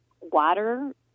water